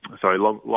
sorry